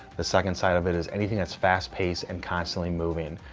the second side of it is anything that's fast paced and constantly moving.